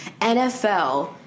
NFL